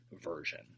version